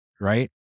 right